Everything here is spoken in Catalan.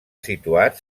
situat